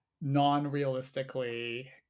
non-realistically